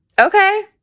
okay